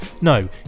No